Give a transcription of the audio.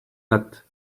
not